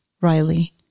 Riley